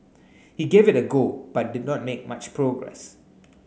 he gave it a go but did not make much progress